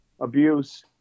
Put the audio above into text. abuse